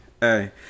hey